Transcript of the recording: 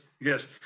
yes